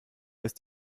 ist